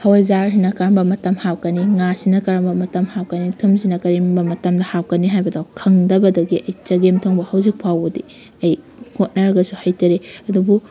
ꯍꯋꯥꯏꯖꯥꯔꯁꯤꯅ ꯀꯔꯝꯕ ꯃꯇꯝ ꯍꯥꯞꯀꯅꯤ ꯉꯥꯁꯤꯅ ꯀꯔꯝꯕ ꯃꯇꯝ ꯍꯥꯞꯀꯅꯤ ꯊꯨꯝꯁꯤꯅ ꯀꯔꯝꯕ ꯃꯇꯝꯗ ꯍꯥꯞꯀꯅꯤ ꯍꯥꯏꯕꯗꯣ ꯈꯪꯗꯕꯗꯒꯤ ꯑꯩ ꯆꯒꯦꯝ ꯊꯣꯡꯕ ꯍꯧꯖꯤꯛ ꯐꯥꯎꯕꯗꯤ ꯑꯩ ꯍꯣꯠꯅꯔꯒꯁꯨ ꯍꯩꯇꯔꯤ ꯑꯗꯨꯕꯨ